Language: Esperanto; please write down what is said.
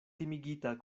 timigita